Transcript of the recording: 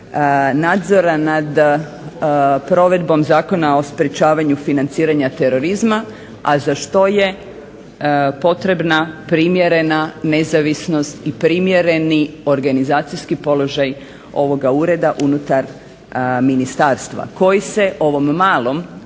nadzora nad provedbom Zakona o sprječavanju financiranja terorizma, a za što je potrebna primjerena nezavisnost i primjereni organizacijski položaj ovoga Ureda unutar ministarstva koji se ovom malom